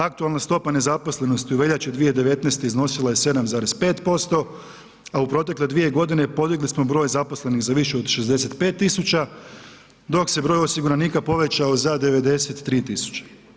Aktualna stopa nezaposlenosti u veljače 2019. iznosila je 7,5%, a u protekle dvije godine podigli smo broj zaposlenih za više od 65.000 dok se broj osiguranika povećao za 93.000.